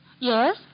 Yes